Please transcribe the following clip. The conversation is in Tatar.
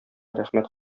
рәхмәт